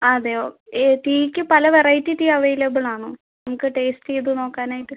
അതെയോ ടീക്ക് പല വെറൈറ്റി ടീ അവൈലബിൾ ആണോ നമുക്ക് ടേസ്റ്റ് ചെയ്ത് നോക്കാനായിട്ട്